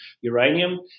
uranium